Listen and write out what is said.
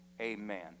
amen